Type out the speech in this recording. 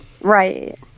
Right